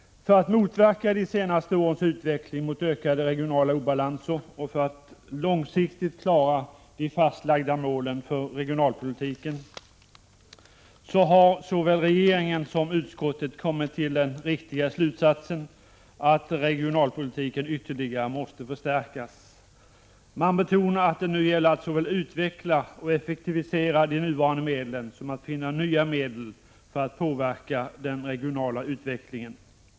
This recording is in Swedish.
För att motverka de senaste årens utveckling mot ökade regionala obalanser och för att långsiktigt klara de fastlagda målen för regionalpolitiken har såväl regeringen som utskottet kommit till den riktiga slutsatsen att regionalpolitiken ytterligare måste förstärkas. Man betonar att det nu gäller att såväl utveckla och effektivisera de nuvarande medlen som att finna nya medel för att påverka den regionala utvecklingen.